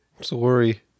Sorry